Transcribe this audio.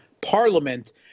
parliament